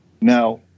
Now